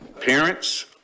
parents